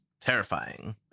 terrifying